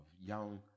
young